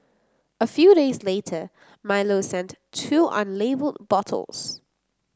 a few days later Milo sent two unlabelled bottles